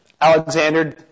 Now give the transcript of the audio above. Alexander